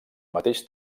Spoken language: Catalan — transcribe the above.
mateix